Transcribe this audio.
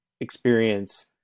experience